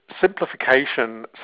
simplification